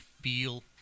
feel